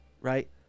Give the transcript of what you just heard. right